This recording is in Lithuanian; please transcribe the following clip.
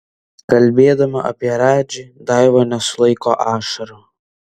kalbėdama apie radži daiva nesulaiko ašarų